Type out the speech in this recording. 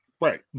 Right